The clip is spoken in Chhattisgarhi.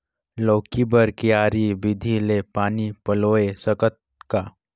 लौकी बर क्यारी विधि ले पानी पलोय सकत का?